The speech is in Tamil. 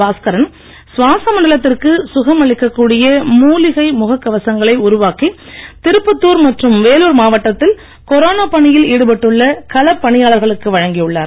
பாஸ்கரன் சுவாச மண்டலத்திற்கு சுகம் அளிக்க கூடிய மூலிகை முகக் கவசங்களை உருவாக்கி திருப்பத்தூர் மற்றும் வேலூர் மாவட்டத்தில் கொரோனா பணியில் ஈடுபட்டுள்ள களப்பணியாளர்களுக்கு வழங்கி உள்ளார்